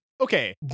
okay